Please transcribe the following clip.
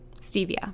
Stevia